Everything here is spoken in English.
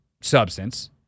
substance